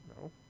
No